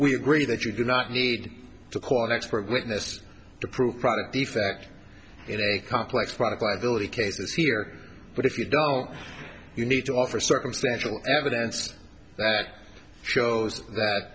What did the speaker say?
we agree that you do not need to call an expert witness to prove product the fact it is a complex product liability cases here but if you don't you need to offer circumstantial evidence that shows that